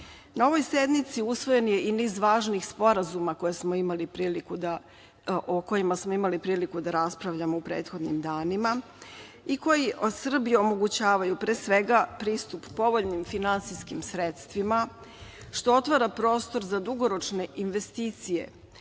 ovoj sednici usvojen je i niz važnih sporazuma o kojima smo imali priliku da raspravljamo u prethodnim danima i koji od Srbije omogućavaju, pre svega, pristup povoljnim finansijskim sredstvima, što otvara prostor za dugoročne investicije